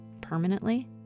permanently